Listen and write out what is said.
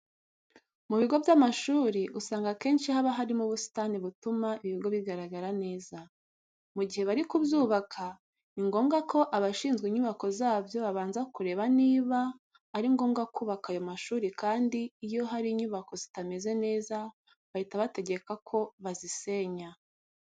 Mu bigo by'amashuri usanga akenshi haba harimo ubusitani butuma ibi bigo bigaragara neza. Mu gihe bari kubyubaka ni ngombwa ko abashinzwe inyubako zabyo babanza kureba niba ari ngombwa kubaka ayo mashuri kandi iyo hari inyubako zitameze neza, bahita bategeka ko bazisenya.